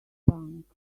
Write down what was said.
bank